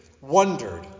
wondered